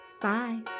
Bye